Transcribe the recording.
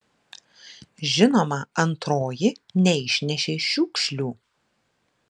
žinoma antroji neišnešei šiukšlių